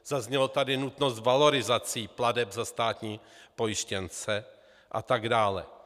Zazněla tady nutnost valorizací plateb za státní pojištěnce atd.